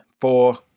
four